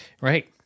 Right